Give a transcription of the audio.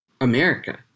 America